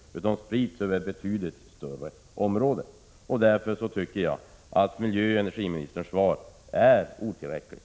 De sprids över betydligt större områden. Därför tycker jag att miljöoch energiministerns svar är otillräckligt.